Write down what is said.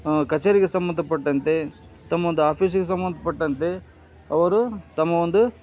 ಆ ಕಚೇರಿಗೆ ಸಂಬಂಧಪಟ್ಟಂತೆ ತಮ್ಮ ಒಂದು ಆಫೀಸಿಗೆ ಸಂಬಂಧಪಟ್ಟಂತೆ ಅವರು ತಮ್ಮ ಒಂದು